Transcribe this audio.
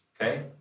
okay